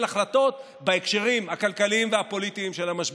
החלטות בהקשרים הכלכליים והפוליטיים של המשבר.